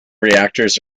reactors